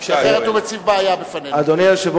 כי אחרת הוא מציב לפנינו בעיה.